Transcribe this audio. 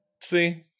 See